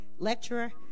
lecturer